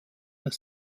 aus